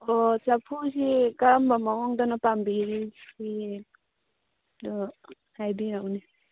ꯑꯣ ꯆꯐꯨꯁꯤ ꯀꯔꯝꯕ ꯃꯑꯣꯡꯗꯅꯣ ꯄꯥꯝꯕꯤꯔꯤꯁꯤ ꯑꯗꯨ ꯍꯥꯏꯕꯤꯔꯛꯎꯅꯦ